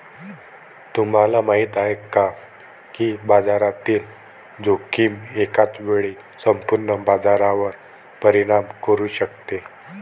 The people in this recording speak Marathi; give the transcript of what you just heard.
तुम्हाला माहिती आहे का की बाजारातील जोखीम एकाच वेळी संपूर्ण बाजारावर परिणाम करू शकते?